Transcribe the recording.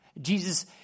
Jesus